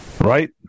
Right